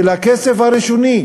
של הכסף הראשוני,